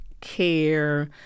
care